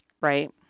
Right